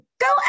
Go